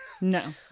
No